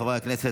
חברי הכנסת,